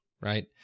right